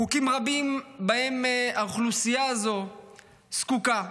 חוקים רבים שהאוכלוסייה הזאת זקוקה להם.